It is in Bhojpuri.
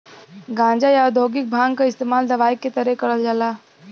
गांजा, या औद्योगिक भांग क इस्तेमाल दवाई के तरे करल जाला